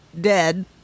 dead